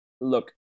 look